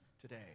today